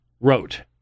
wrote